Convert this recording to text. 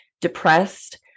depressed